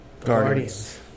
Guardians